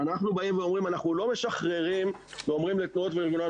אנחנו באים ואומרים שאנחנו לא משחררים ואומרים תפעלו,